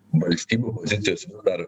valstybių pozicijos dar